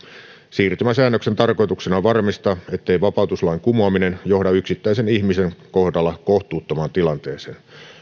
siirtymäsäännöksen tarkoituksena on varmistaa ettei vapautuslain kumoaminen johda yksittäisen ihmisen kohdalla kohtuuttomaan tilanteeseen